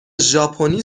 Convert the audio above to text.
ژاپنی